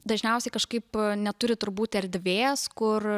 dažniausiai kažkaip neturi turbūt erdvės kur